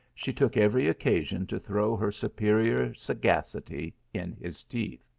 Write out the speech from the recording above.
she took every occasion to throw her superior sagacity in his teeth.